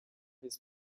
his